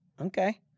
Okay